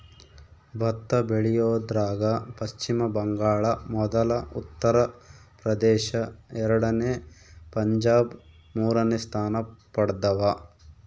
ಭತ್ತ ಬೆಳಿಯೋದ್ರಾಗ ಪಚ್ಚಿಮ ಬಂಗಾಳ ಮೊದಲ ಉತ್ತರ ಪ್ರದೇಶ ಎರಡನೇ ಪಂಜಾಬ್ ಮೂರನೇ ಸ್ಥಾನ ಪಡ್ದವ